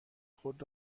خود